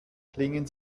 klingen